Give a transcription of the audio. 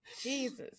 jesus